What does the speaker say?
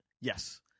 Yes